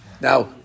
Now